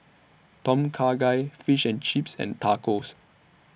Tom Kha Gai Fish and Chips and Tacos